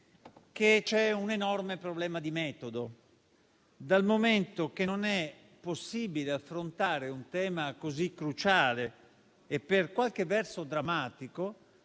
che c'è un enorme problema di metodo, dal momento che non è possibile affrontare un tema così cruciale e per qualche verso drammatico